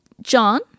John